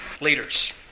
leaders